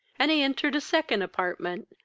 and he entered a second apartment,